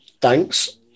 Thanks